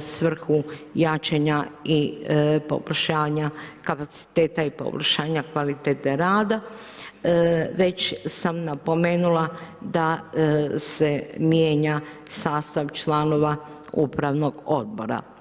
svrhu jačanje i poboljšanja kapaciteta i poboljšanja kvalitete rada, već sam napomenula da se mijenja sastav članova u pravnog odbora.